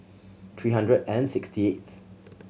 three hundred and sixty eighth